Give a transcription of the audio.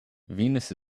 venus